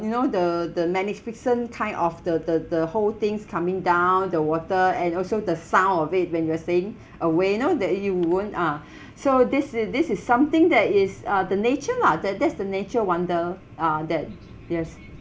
you know the the magnificent kind of the the the whole thing's coming down the water and also the sound of it when you are staying away know that it won't ah so this is this is something that is uh the nature lah that that's the nature wonder uh that yes